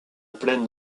pleine